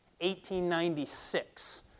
1896